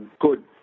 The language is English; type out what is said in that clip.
good